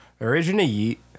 Originally